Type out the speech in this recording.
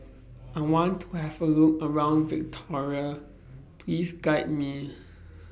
I want to Have A Look around Victoria Please Guide Me